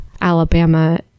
Alabama